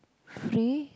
free